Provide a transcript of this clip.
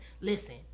listen